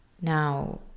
Now